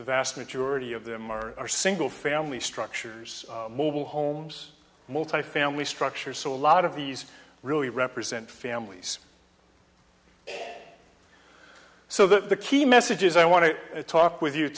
vast majority of them are are single family structures mobile homes multifamily structures so a lot of these really represent families so that the key messages i want to talk with you